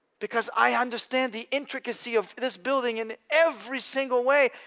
because i understand the intricacy of this building in every single way.